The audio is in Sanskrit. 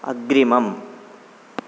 अग्रिमम्